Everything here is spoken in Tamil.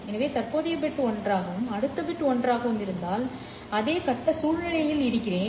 எனது தற்போதைய பிட் 1 ஆகவும் அடுத்த பிட் 1 ஆகவும் இருந்தால் நான் அதே கட்ட சூழ்நிலையில் இருக்கிறேன்